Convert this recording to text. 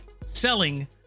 selling